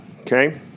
Okay